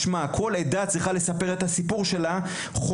משמע: כל עדה צריכה לספר את הסיפור שלה באופן